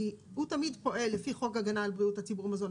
כי הוא תמיד פועל לפי חוק הגנה על בריאות הציבור מזון.